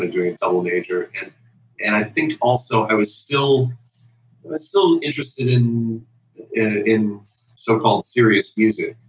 ah doing a double-major. and and i think also i was still and was still interested in in so-called serious music.